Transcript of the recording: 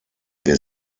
wir